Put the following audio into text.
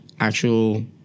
actual